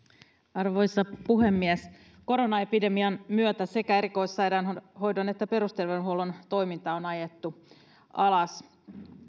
arvoisa puhemies koronaepidemian myötä sekä erikoissairaanhoidon että perusterveydenhuollon toiminta on ajettu alas